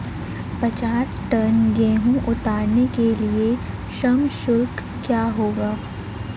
पचास टन गेहूँ उतारने के लिए श्रम शुल्क क्या होगा?